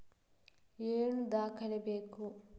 ಏನು ದಾಖಲೆ ಬೇಕು?